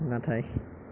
नाथाय